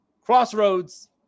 Crossroads